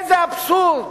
איזה אבסורד.